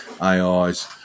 AIs